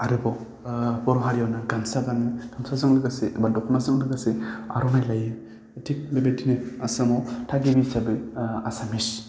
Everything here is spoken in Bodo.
आरोबाव बर' हारियावनो गामसा गानो बेफोरजों लोगोसे एबा दख'नाजों लोगोसे आर'नाइ लायो थिग बेबायदिनो आसामाव थागिबि हिसाबै आसामिस